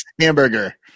hamburger